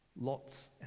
Lots